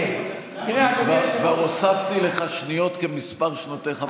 כבר הוספתי לך שניות כמספר שנותיך בכנסת.